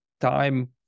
time